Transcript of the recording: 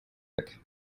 weg